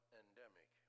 endemic